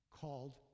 called